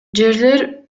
жерлер